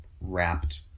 wrapped